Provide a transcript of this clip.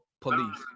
police